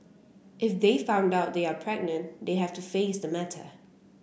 if they find out they are pregnant they have to face the matter